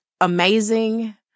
amazing